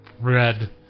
red